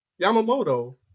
Yamamoto